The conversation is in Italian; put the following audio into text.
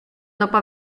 dopo